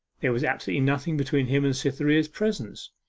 there was absolutely nothing between him and cytherea's presence.